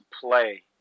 play